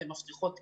אלה מפתחות תקינה.